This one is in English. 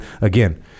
again